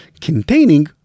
containing